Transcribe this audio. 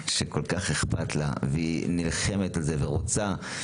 כל כך אכפת לה והיא נלחמת על זה ורוצה.